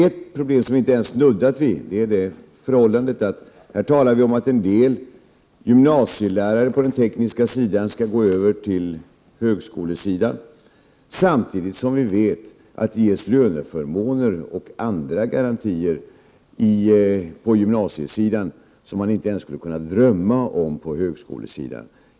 Ett problem vi inte ens har nuddat vid är hur man skall förmå gymnasielärare på den tekniska sidan att gå över till högskolan, när det, det vet vi, ges löneförmåner och andra garantier på gymnasieskolan vilka man inte ens skulle kunna drömma om inom högskolan.